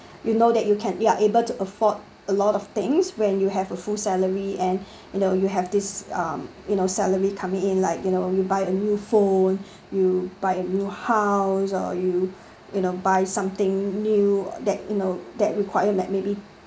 you know that you can ya you are able to afford a lot of things when you have a full salary and you know you have this um you know salary coming in like you know you buy a new phone you buy a new house or you know buy something new that you know that require like maybe